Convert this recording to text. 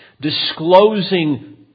disclosing